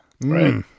Right